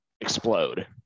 explode